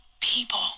people